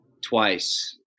twice